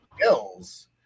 skills